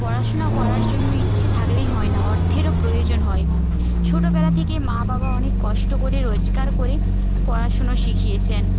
পড়াশোনা করার জন্য ইচ্ছে থাকলেই হয় না অর্থেরও প্রয়োজন হয় ছোটবেলা থেকে মা বাবা অনেক কষ্ট করে রোজগার করে পড়াশুনো শিখিয়েছেন